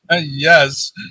Yes